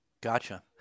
gotcha